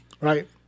Right